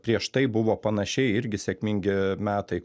prieš tai buvo panašiai irgi sėkmingi metai